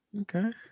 Okay